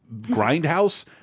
Grindhouse